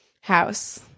House